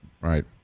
Right